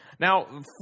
Now